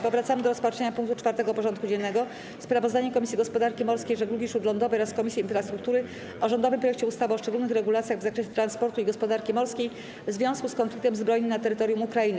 Powracamy do rozpatrzenia punktu 4. porządku dziennego: Sprawozdanie Komisji Gospodarki Morskiej i Żeglugi Śródlądowej oraz Komisji Infrastruktury o rządowym projekcie ustawy o szczególnych regulacjach w zakresie transportu i gospodarki morskiej w związku z konfliktem zbrojnym na terytorium Ukrainy.